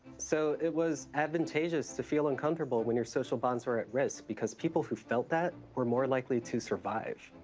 so it was advantageous to feel uncomfortable when your social bonds were at risk because people who felt that were more likely to survive.